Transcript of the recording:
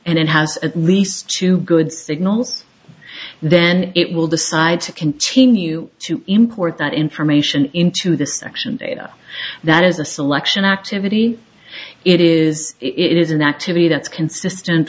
and it has at least two good signals then it will decide to continue to import that information into the section data that is a selection activity it is it is an activity that's consistent